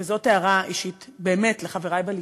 וזאת הערה אישית באמת לחברי בליכוד.